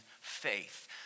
faith